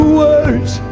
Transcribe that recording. words